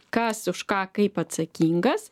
kas už ką kaip atsakingas